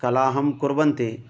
कलहं कुर्वन्ति